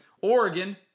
Oregon